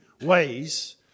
ways